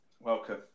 Welcome